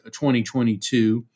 2022